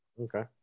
Okay